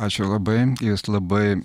ačiū labai labai